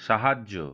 সাহায্য